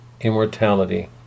immortality